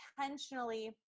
intentionally